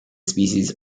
species